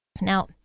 Now